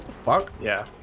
fuck? yeah.